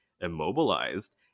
immobilized